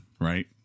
right